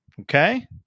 Okay